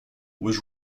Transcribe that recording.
was